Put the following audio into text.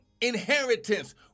inheritance